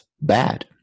bad